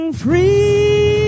free